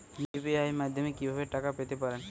UPI মাধ্যমে কি ভাবে টাকা পেতে পারেন?